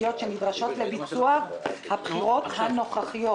התקציביות שנדרשות לביצוע הבחירות הנוכחיות.